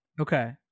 Okay